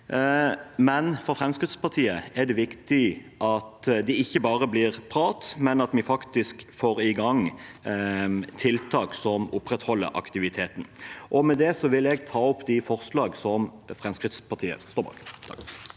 noe. For Fremskrittspartiet er det derimot viktig at det ikke bare blir prat, men at vi faktisk får i gang tiltak som opprettholder aktiviteten. Med det vil jeg ta opp forslaget Fremskrittspartiet er med på.